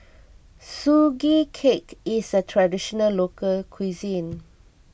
Sugee Cake is a Traditional Local Cuisine